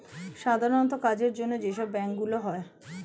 সাধারণ কাজের জন্য যে সব ব্যাংক গুলো হয়